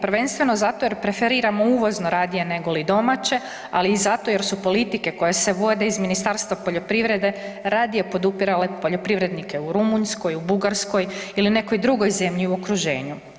Prvenstveno zato jer preferiramo uvozno radije nego li domaće, ali i zato jer su politike koje se vode iz Ministarstva poljoprivrede radije podupirale poljoprivrednike u Rumunjskoj, u Bugarskoj ili nekoj drugoj zemlji u okruženju.